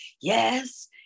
yes